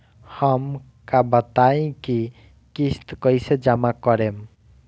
हम का बताई की किस्त कईसे जमा करेम?